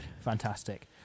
Fantastic